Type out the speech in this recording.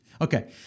Okay